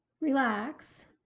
Relax